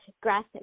grass